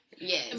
Yes